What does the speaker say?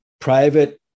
private